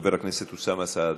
חבר הכנסת אוסאמה סעדי,